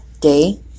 day